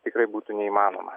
tikrai būtų neįmanoma